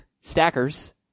Stackers